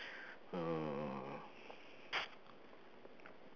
hmm